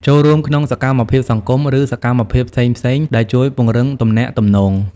ចូលរួមក្នុងសកម្មភាពសង្គម ឬសកម្មភាពផ្សេងៗដែលជួយពង្រឹងទំនាក់ទំនង។